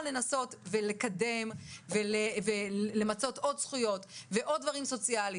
לנסות ולקדם ולמצות עוד זכויות ועוד דברים סוציאליים.